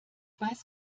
weiß